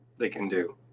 they can do.